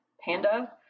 panda